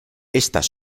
estas